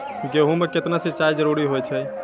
गेहूँ म केतना सिंचाई जरूरी होय छै?